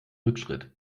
rückschritt